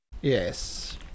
Yes